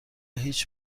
هیچ